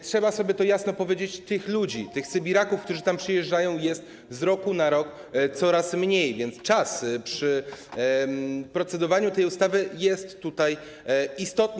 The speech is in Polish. Trzeba sobie to jasno powiedzieć: tych ludzi, tych sybiraków, którzy tam przyjeżdżają, jest z roku na rok coraz mniej, więc czas przy procedowaniu nad tą ustawą jest tutaj istotny.